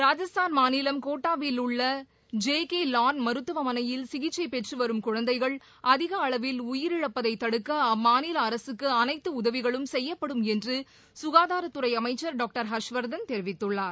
ராஜஸ்தான் மாநிலம் கோட்டாவில் உள்ள ஜே கே லான் மருத்துவமனையில் சிகிச்சை பெற்று வரும் குழந்தைகள் அதிக அளவில் உயிரிழப்பதை தடுக்க அம்மாநில அரகக்கு அனைத்து உதவிகளும் செய்யப்படும் என்று சுகாதாரத்துறை அமைச்சர் டாக்டர் ஹர்ஷ்வர்தன் தெரிவித்துள்ளார்